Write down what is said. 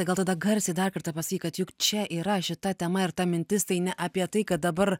gal tada garsiai dar kartą pasakyk kad juk čia yra šita tema ir ta mintis tai ne apie tai kad dabar